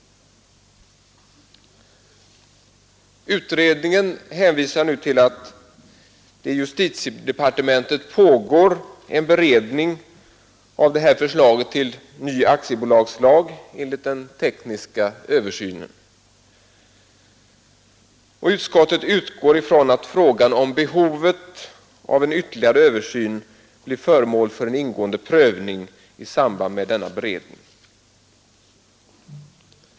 Utskottet hänvisar nu till att det i justitiedepartementet pågår en beredning av förslaget till ny aktiebolagslag i enlighet med den tekniska översynen. Utskottet utgår ifrån att frågan om behovet av en ytterligare översyn kommer att bli föremål för en ingående prövning i samband med denna beredning.